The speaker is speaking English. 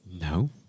No